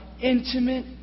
intimate